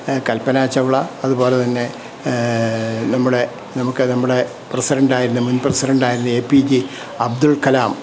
കൽപ്പന ചൗള അതുപോലെ തന്നെ നമ്മുടെ നമുക്ക് നമ്മുടെ പ്രസിഡണ്ടായിരുന്ന മുൻ പ്രസിഡൻ്റായിരുന്ന എപിജെ അബ്ദുൾ കലാം